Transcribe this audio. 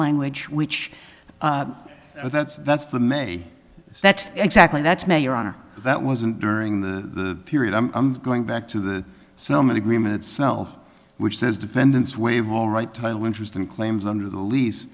language which that's that's the may that's exactly that's may or honor that wasn't during the period i'm going back to the so many agreement itself which says defendants waive all right title interest in claims under the lease